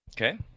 Okay